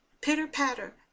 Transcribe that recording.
Pitter-patter